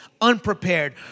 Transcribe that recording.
unprepared